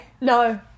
No